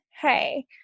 hey